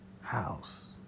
house